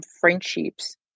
friendships